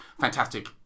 fantastic